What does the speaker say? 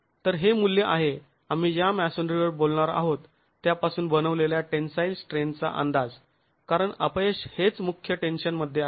तर हे मूल्य आहे आम्ही ज्या मॅसोनरीवर बोलणार आहोत त्यापासून बनवलेल्या टेन्साईल स्ट्रेंथचा अंदाज कारण अपयश हेच मुख्य टेन्शन मध्ये आहे